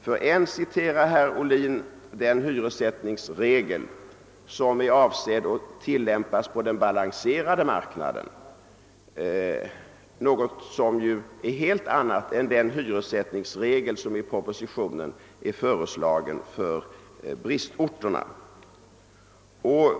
Ibland citerar herr Ohlin den hyressättningsregel som är avsedd att tillämpas på den balanserade marknaden, och som är någonting helt annat än den hyressättningsregel som i propositionen är föreslagen för bristorterna.